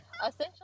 essentially